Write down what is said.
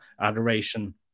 adoration